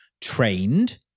trained